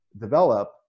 develop